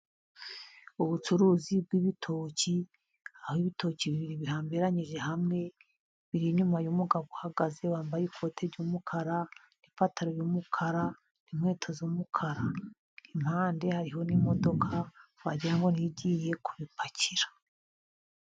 Ubucuruzi bw'ibitoki aho ibitoki bibiri bihambiranyije hamwe biri inyuma yumugabo uhagaze wambaye ikoti ry'umukara, n'ipantaro y'umukara, n'inkweto z'umukara, impande hariho n'imodoka wagirango ngo niyo igiye kubipakira.